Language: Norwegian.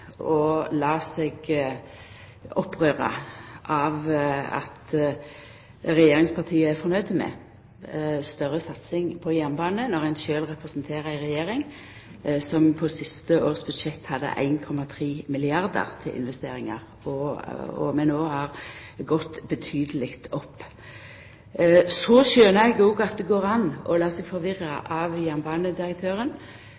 seg opprøra av at regjeringspartia er fornøgde med større satsing på jernbane, når ein sjølv representerte ei regjering som på sitt siste års budsjett hadde 1,3 milliardar kr til investeringar, og vi no har gått betydeleg opp. Så skjønar eg òg at det går an å lata seg